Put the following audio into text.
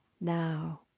now